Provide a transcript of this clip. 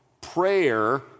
Prayer